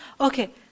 Okay